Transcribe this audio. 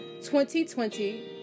2020